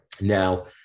Now